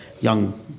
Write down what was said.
young